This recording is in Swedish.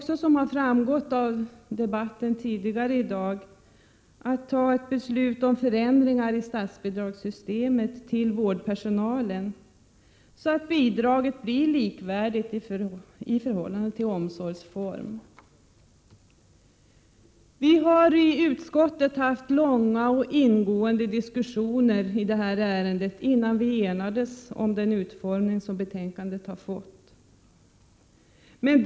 Som framgått av debatten tidigare i dag kommer vi att fatta beslut om förändring i statsbidragssystemet när det gäller vårdpersonal, så att bidragen blir likvärdiga med hänsyn till omsorgsform. Vi hade i utskottet långa och ingående diskussioner i detta ärende, innan vi enades om betänkandets utformning.